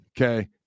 Okay